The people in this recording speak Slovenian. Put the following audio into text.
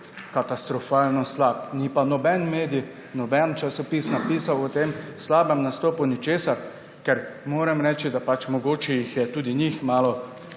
katastrofalno slab. Ni pa noben medij, noben časopis napisal o tem slabem nastopu ničesar. Moram reči, da je mogoče tudi njih malo